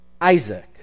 Isaac